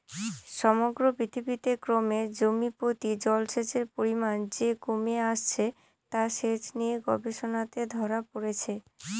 সমগ্র পৃথিবীতে ক্রমে জমিপ্রতি জলসেচের পরিমান যে কমে আসছে তা সেচ নিয়ে গবেষণাতে ধরা পড়েছে